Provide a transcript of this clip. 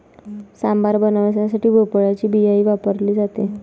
सांबार बनवण्यासाठी भोपळ्याची बियाही वापरली जाते